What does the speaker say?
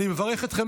אני רוצה למסור כאן,